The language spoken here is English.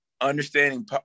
understanding